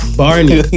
barney